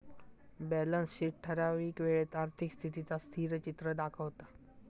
balance sheet ठरावीक वेळेत आर्थिक स्थितीचा स्थिरचित्र दाखवता